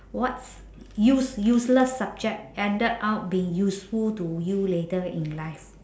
what use~ useless subject ended up being useful to you later in life